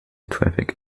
traffic